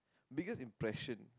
biggest impression